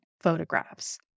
photographs